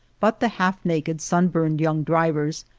but the half-naked, sun burned young drivers,